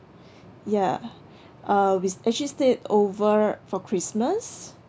ya uh we s~ actually stayed over for christmas